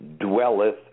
dwelleth